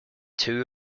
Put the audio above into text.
two